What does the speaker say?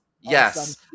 Yes